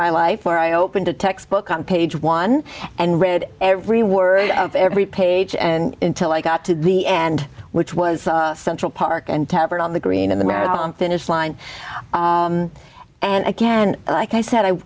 my life where i opened a textbook on page one and read every word of every page and till i got to the end which was central park and tavern on the green in the marathon finish line and again like i said i